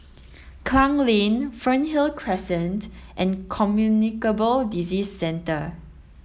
Klang Lane Fernhill Crescent and Communicable Disease Centre